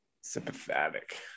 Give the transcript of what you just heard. Sympathetic